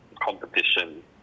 competition